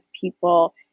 people